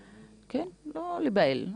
לא להיבהל,